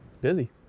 busy